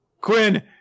quinn